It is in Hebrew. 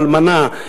לאלמנה,